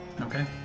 Okay